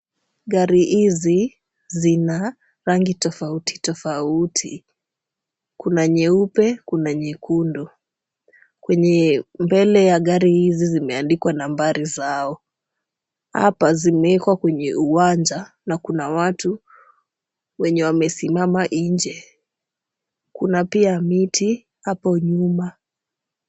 Gari hizi zina rangi tofauti tofauti, kuna nyeupe kuna nyekundu. Kwenye mbele ya gari hizi zimeandikwa nambari zao. Hapa zimewekwa kwenye uwanja na kuna watu wenye wamesimama nje. Kuna pia miti hapo nyuma.